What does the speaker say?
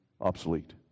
obsolete